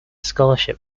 scholarship